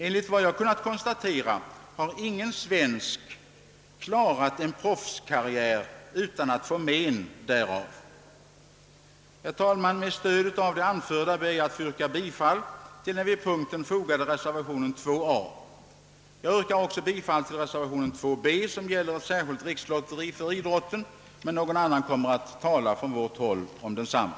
Enligt vad jag kunnat konstatera har ingen svensk klarat en proffskarriär utan att få men därav.» Herr talman! Med stöd av det anförda ber jag att få yrka bifall till den vid punkten fogade reservationen 2 a. Jag yrkar också bifall till reservationen 2 b, som gäller särskilt rikslotteri för idrotten, men om det kommer någon annan från vårt håll att tala.